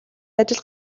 ажил